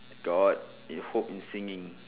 got if hope in singing